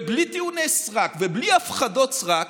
בלי טיעוני סרק ובלי הפחדות סרק,